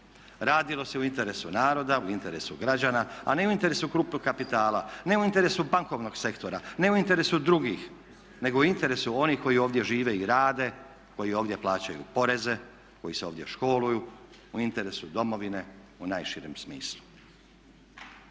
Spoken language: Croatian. Radilo se u interesu naroda, u interesu građana a ne u interesu krupnog kapitala, ne u interesu bankovnog sektora, ne u interesu drugih nego u interesu onih koji ovdje žive i rade, koji ovdje plaćaju poreze, koji se ovdje školuju, u interesu domovine u najširem smislu.